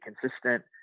consistent